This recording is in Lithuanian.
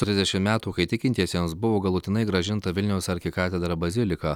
trisdešimt metų kai tikintiesiems buvo galutinai grąžinta vilniaus arkikatedra bazilika